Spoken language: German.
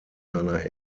seiner